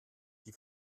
die